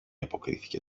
αποκρίθηκε